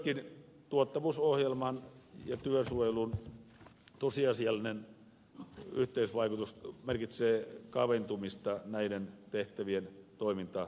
myöskin tuottavuusohjelman ja työsuojelun tosiasiallinen yhteisvaikutus merkitsee kaventumista näiden tehtävien toimintakyvyn osalta